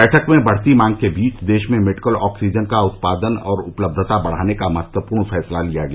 बैठक में बढती मांग के बीच देश में मेडिकल ऑक्सीजन का उत्पादन और उपलब्धता बढाने का महत्वपूर्ण फैसला किया गया